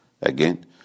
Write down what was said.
again